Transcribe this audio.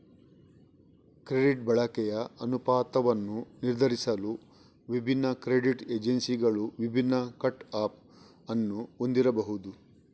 credit ಬಳಕೆಯ ಅನುಪಾತವನ್ನು ನಿರ್ಧರಿಸಲು ವಿಭಿನ್ನ ಕ್ರೆಡಿಟ್ ಏಜೆನ್ಸಿಗಳು ವಿಭಿನ್ನ ಕಟ್ ಆಫ್ ಅನ್ನು ಹೊಂದಿರಬಹುದು